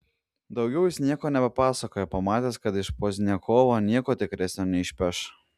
daugiau jis nieko nebepasakojo pamatęs kad iš pozdniakovo nieko tikresnio neišpeš